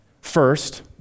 First